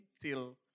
till